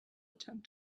attempt